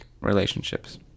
relationships